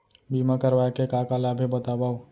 बीमा करवाय के का का लाभ हे बतावव?